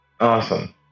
awesome